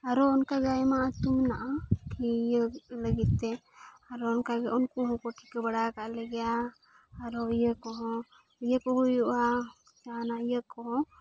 ᱟᱨᱚ ᱚᱱᱠᱟ ᱜᱮ ᱟᱭᱢᱟ ᱟᱹᱛᱩ ᱢᱮᱱᱟᱜᱼᱟ ᱤᱭᱟᱹ ᱞᱟᱹᱜᱤᱫ ᱛᱮ ᱟᱨᱚ ᱚᱱᱠᱟ ᱜᱮ ᱩᱱᱠᱩ ᱦᱚᱸᱠᱚ ᱴᱷᱤᱠᱟᱹ ᱵᱟᱲᱟ ᱟᱠᱟᱫ ᱞᱮᱜᱮᱭᱟ ᱟᱨᱚ ᱤᱭᱟᱹ ᱠᱚᱦᱚᱸ ᱤᱭᱟᱹ ᱠᱚ ᱦᱩᱭᱩᱜᱼᱟ ᱡᱟᱦᱟᱱᱟᱜ ᱤᱭᱟᱹ ᱠᱚᱦᱚᱸ